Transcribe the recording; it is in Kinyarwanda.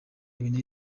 ibinini